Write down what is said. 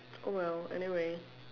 oh well anyway